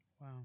Wow